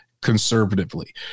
conservatively